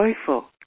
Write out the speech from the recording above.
joyful